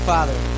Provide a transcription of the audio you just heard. Father